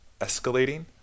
escalating